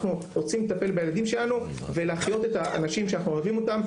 אנחנו רוצים לטפל בילדים שלנו ולהחיות את האנשים שאנחנו אוהבים אותם,